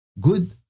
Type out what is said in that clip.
good